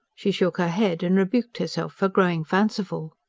she shook her head and rebuked herself for growing fanciful.